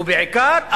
ובעיקר,